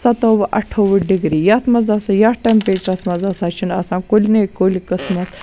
سَتووُہ اَٹھووُہ ڈِگری یَتھ منٛز ہسا یَتھ ٹیٚمپیچرس منٛز ہسا چھُنہٕ آسان کُنے کُلۍ قٕسمَس